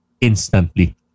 instantly